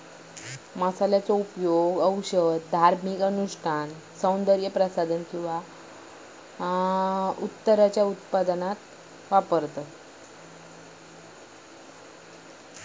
मसाल्यांचो उपयोग औषध, धार्मिक अनुष्ठान, सौन्दर्य प्रसाधन किंवा मगे उत्तराच्या उत्पादनात वापरतत